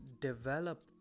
develop